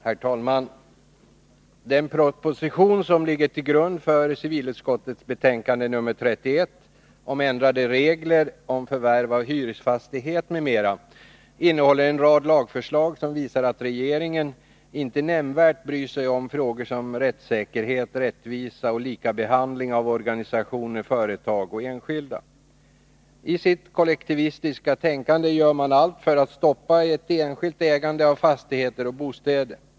Herr talman! Den proposition som ligger till grund för civilutskottets betänkande nr 31 om ändrade regler om förvärv av hyresfastigheter m.m. innehåller en rad lagförslag som visar att regeringen inte nämnvärt bryr sig om frågor som rättssäkerhet, rättvisa och likabehandling av organisationer, företag och enskilda. I sitt kollektivistiska tänkande gör man allt för att stoppa ett enskilt ägande av fastigheter och bostäder.